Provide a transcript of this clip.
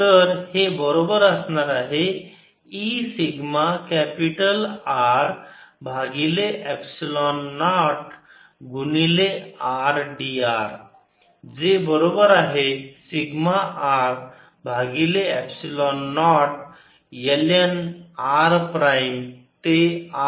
तर हे बरोबर असणार आहे E सिग्मा कॅपिटल R भागिले एप्सिलॉन नॉट गुणिले r d r जे बरोबर आहे सिग्मा R भागिले epsilon naught ln r prime r ते कॅपिटल R